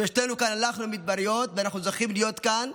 שלושתנו הלכנו במדבריות ואנחנו זוכים להיות כאן,